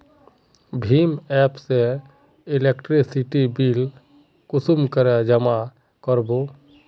भीम app से electricity bill कुंसम करे जमा कर बो?